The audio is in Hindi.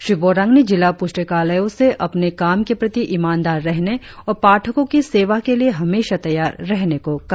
श्री बोरांग ने जिला पुस्तकालयों से अपने काम के प्रति ईमानदार रहने और पाठकों की सेवा के लिए हमेशा तैयार रहने को कहा